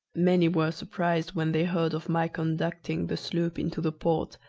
many were surprised when they heard of my conducting the sloop into the port,